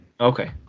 okay